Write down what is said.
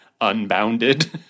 unbounded